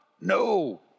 No